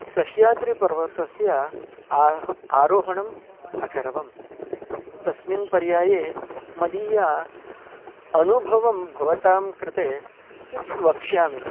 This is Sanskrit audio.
सह्याद्रिपर्वतस्य आः आरोहणम् अकरवं तस्मिन् पर्याये मदीय अनुभवं भवतां कृते किञ्चित् वक्ष्यामि